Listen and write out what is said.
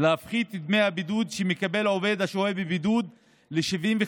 להפחית את דמי הבידוד שמקבל העובד השוהה בבידוד ל-75%,